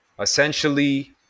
essentially